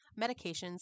medications